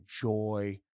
joy